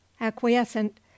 acquiescent